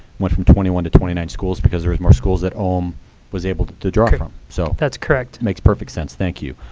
went from twenty one to twenty nine schools, because there were more schools that om was able to draw from. so that's correct. makes perfect sense, thank you.